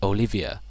Olivia